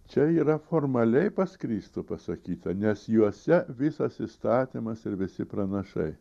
čia yra formaliai pas kristų pasakyta nes juose visas įstatymas ir visi pranašai